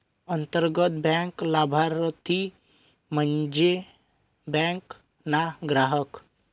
अंतर्गत बँक लाभारती म्हन्जे बँक ना ग्राहक